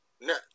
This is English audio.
no